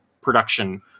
production